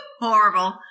Horrible